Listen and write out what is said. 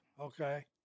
Okay